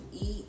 eat